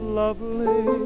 lovely